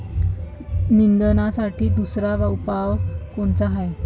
निंदनासाठी दुसरा उपाव कोनचा हाये?